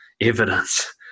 evidence